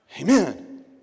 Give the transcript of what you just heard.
Amen